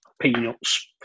peanuts